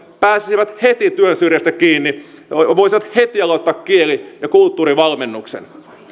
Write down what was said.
pääsisivät heti työn syrjästä kiinni ja voisivat heti aloittaa kieli ja kulttuurivalmennuksen